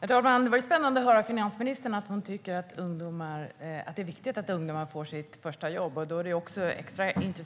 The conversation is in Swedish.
Herr talman! Det var intressant att höra att finansministern tycker att det är viktigt att ungdomar får sitt första jobb med